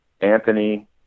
Anthony